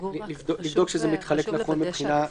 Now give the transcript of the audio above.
נבדוק שזה מתחלק נכון מבחינת המחוזות.